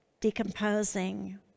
decomposing